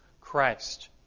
Christ